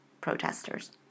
Protesters